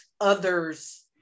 others